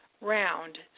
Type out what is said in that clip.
round